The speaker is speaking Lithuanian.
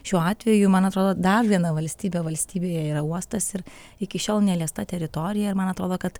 šiuo atveju man atrodo dar viena valstybė valstybėje yra uostas ir iki šiol neliesta teritorija ir man atrodo kad